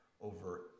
over